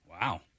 Wow